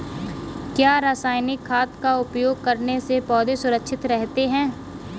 क्या रसायनिक खाद का उपयोग करने से पौधे सुरक्षित रहते हैं?